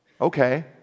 okay